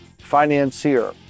financier